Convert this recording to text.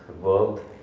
World